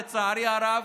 לצערי הרב,